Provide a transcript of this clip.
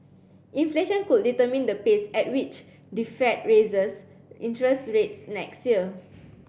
inflation could determine the pace at which the fed raises interest rates next year